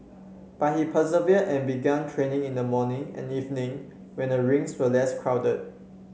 but he persevered and began training in the morning and evening when the rinks were less crowded